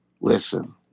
listen